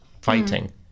Fighting